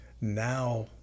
Now